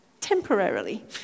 temporarily